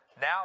now